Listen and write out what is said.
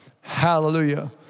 Hallelujah